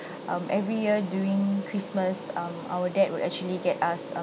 um every year during christmas um our dad would actually get us um